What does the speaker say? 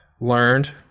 learned